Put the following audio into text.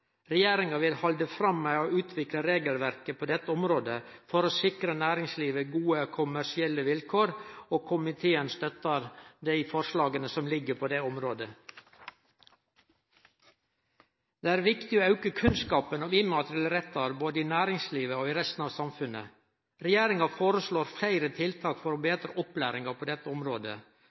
Regjeringa vil halde fram med å utvikle regelverket på dette området for å sikre næringslivet gode kommersielle vilkår, og komiteen støttar dei forslaga som her ligg føre. Det er viktig å auke kunnskapen om immaterielle rettar både i næringslivet og i resten av samfunnet. Regjeringa foreslår fleire tiltak for å betre opplæringa på dette området.